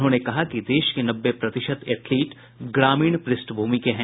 उन्होंने कहा कि देश के नब्बे प्रतिशत एथलीट ग्रामीण पृष्ठभूमि के हैं